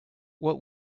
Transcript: what